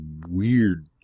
weird